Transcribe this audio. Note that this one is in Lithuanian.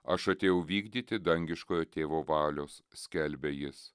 aš atėjau vykdyti dangiškojo tėvo valios skelbė jis